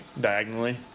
diagonally